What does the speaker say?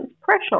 pressure